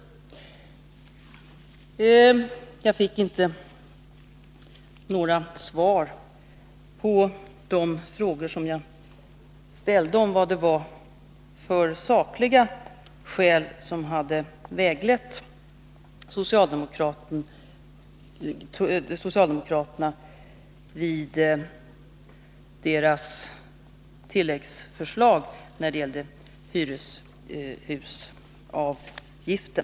Jag fick inte några svar på de frågor som jag ställde om vilka sakliga skäl som hade väglett socialdemokraterna i deras tilläggsförslag när det gällde hyreshusavgiften.